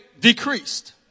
decreased